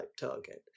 target